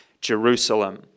Jerusalem